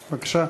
בבקשה.